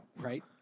Right